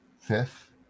Fifth